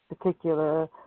particular